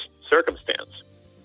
circumstance